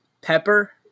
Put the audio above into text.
Pepper